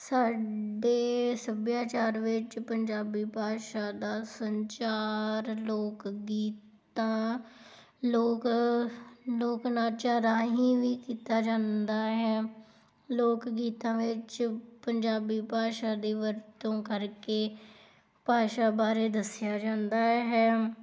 ਸਾਡੇ ਸੱਭਿਆਚਾਰ ਵਿੱਚ ਪੰਜਾਬੀ ਭਾਸ਼ਾ ਦਾ ਸੰਚਾਰ ਲੋਕ ਗੀਤਾਂ ਲੋਕ ਲੋਕ ਨਾਚਾ ਰਾਹੀਂ ਵੀ ਕੀਤਾ ਜਾਂਦਾ ਹੈ ਲੋਕ ਗੀਤਾਂ ਵਿੱਚ ਪੰਜਾਬੀ ਭਾਸ਼ਾ ਦੀ ਵਰਤੋਂ ਕਰਕੇ ਭਾਸ਼ਾ ਬਾਰੇ ਦੱਸਿਆ ਜਾਂਦਾ ਹੈ